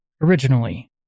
originally